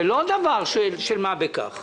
זה לא דבר של מה בכך.